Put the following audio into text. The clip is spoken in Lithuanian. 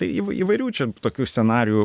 tai įvai įvairių čia tokių scenarijų